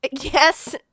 yes